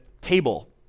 table